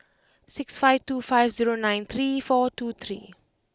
six five two five zero nine three four two three